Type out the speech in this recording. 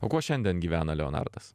o kuo šiandien gyvena leonardas